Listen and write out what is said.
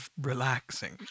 relaxing